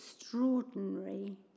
extraordinary